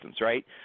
right